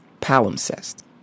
palimpsest